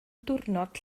diwrnod